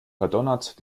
verdonnert